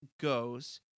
goes